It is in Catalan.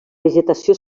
vegetació